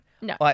No